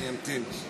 אני אמתין.